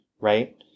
Right